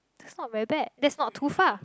that's not very bad that's not too far